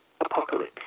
Apocalypse